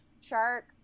shark